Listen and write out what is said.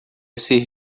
ser